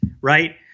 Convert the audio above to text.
right